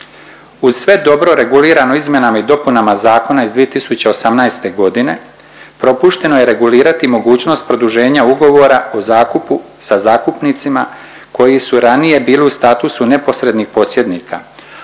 Uz sve dobro regulirano izmjenama i dopunama zakona iz 2018. godine, propušteno je regulirati mogućnost produženja ugovora o zakupu sa zakupnicima koji su ranije bili u statusu neposrednih posjednika,